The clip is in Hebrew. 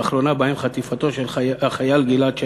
שהאחרונה בהן הייתה חטיפתו של החייל גלעד שליט,